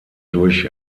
durch